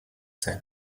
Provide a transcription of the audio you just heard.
zen